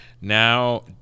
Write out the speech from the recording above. Now